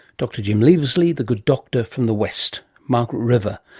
dr jim leavesley, the good doctor from the west, margaret river.